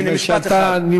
האמת שאתה, הנה, משפט אחד.